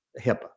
HIPAA